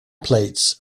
plates